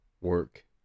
work